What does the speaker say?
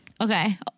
Okay